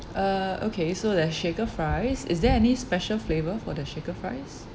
uh okay so the shaker fries is there any special flavour for the shaker fries